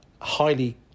highly